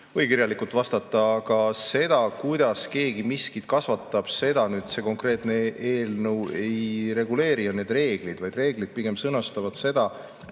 või kirjalikult vastata. Aga seda, kuidas keegi miskit kasvatab, see konkreetne eelnõu ei reguleeri ega need reeglid. Ja need reeglid pigem sõnastavad seda,